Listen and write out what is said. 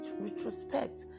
retrospect